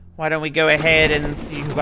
why don't we go ahead and see